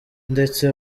ndetse